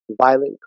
violent